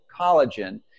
collagen